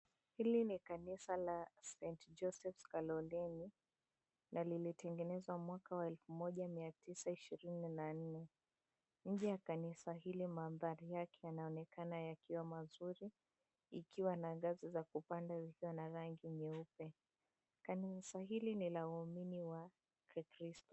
Hili ni kanisa la saint Joseph Kaloleni na limetengenezwa mwaka wa elfu moja mia tisa ishirini na nne. Nje ya kanisa hili maandhari yake yanaonekana yakiwa mazuri ikiwa na ngazi za kupanda zikiwa na rangi nyeupe. Kanisa hili ni la waumini wa kikristo.